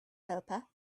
helper